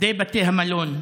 עובדי בתי המלון.